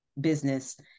business